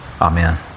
Amen